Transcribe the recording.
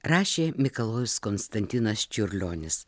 rašė mikalojus konstantinas čiurlionis